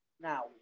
now